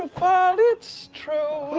ah and it's true.